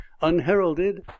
unheralded